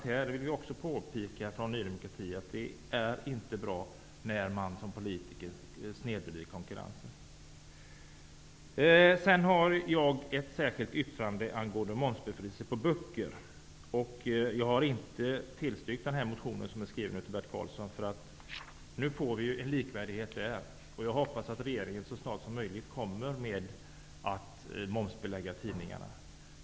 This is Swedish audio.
Här vill vi från Ny demokrati också påpeka att det inte är bra när man som politiker snedvrider konkurrensen. Jag har ett särskilt yttrande angående momsbefrielse på böcker. Jag har inte tillstyrkt motionen, som är skriven av Bert Karlsson, för nu får vi en likvärdighet mellan böcker och tidningar. Jag hoppas att regeringen så snart som möjligt kommer att momsbelägga tidningarna.